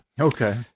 Okay